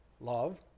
love